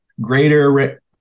greater